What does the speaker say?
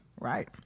Right